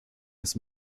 his